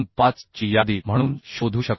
25 ची यादी म्हणून शोधू शकतो